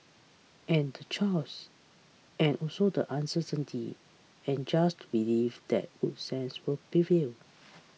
and the chaos and also the uncertainty and just to believe that good sense will prevail